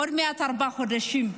עוד מעט ארבעה חודשים,